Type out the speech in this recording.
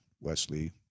Wesley